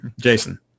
Jason